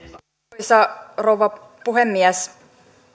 arvoisa rouva puhemies